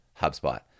HubSpot